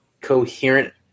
coherent